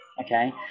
Okay